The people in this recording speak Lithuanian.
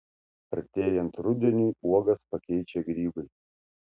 artėjant rudeniui uogas pakeičia grybai